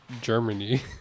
Germany